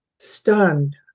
Stunned